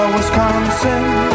Wisconsin